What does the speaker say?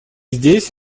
здесь